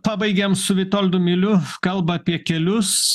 pabaigėm su vitoldu miliu kalbą apie kelius